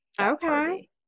okay